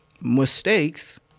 mistakes